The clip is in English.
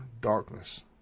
darkness